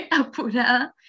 apurada